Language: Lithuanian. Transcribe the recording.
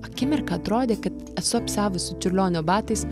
akimirką atrodė kad esu apsiavusi čiurlionio batais